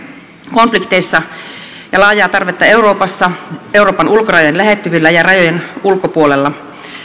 konflikteissa ja sille on laajaa tarvetta euroopassa euroopan ulkorajojen lähettyvillä ja rajojen ulkopuolella